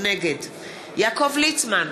נגד יעקב ליצמן,